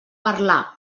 parlar